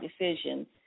decision